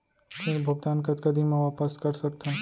ऋण भुगतान कतका दिन म वापस कर सकथन?